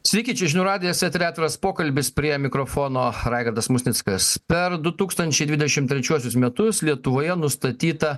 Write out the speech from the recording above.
sveiki žinių radijas tai yra atviras pokalbis prie mikrofono raigardas musnickas per du tūkstančiai dvidešim trečiuosius metus lietuvoje nustatyta